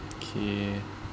okay